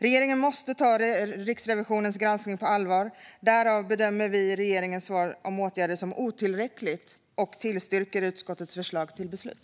Regeringen måste ta Riksrevisionens granskning på allvar. Vi bedömer regeringens svar gällande åtgärder som otillräckligt och tillstyrker utskottets förslag till beslut.